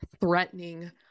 threatening